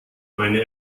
meine